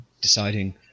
deciding